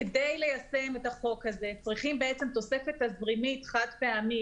כדי ליישם את החוק הזה אנחנו צריכים באותה שנה תוספת תזרימית חד-פעמית,